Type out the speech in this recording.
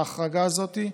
ההחרגה הזאת,